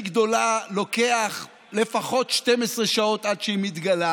גדולה לוקח לפחות 12 שעות עד שהם מתגלה.